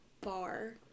bar